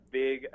big